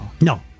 No